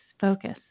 focus